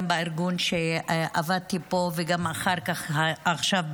גם בארגון שעבדתי בו וגם אחר כך ועכשיו,